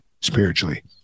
spiritually